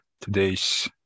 today's